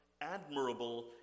admirable